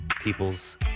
people's